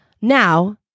Now